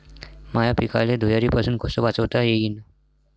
माह्या पिकाले धुयारीपासुन कस वाचवता येईन?